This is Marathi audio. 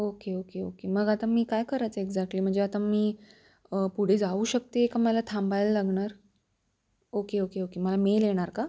ओके ओके ओके मग आता मी काय करायचं एक्झॅक्टली म्हणजे आता मी पुढे जाऊ शकते का मला थांबायला लागणार ओके ओके ओके मला मेल येणार का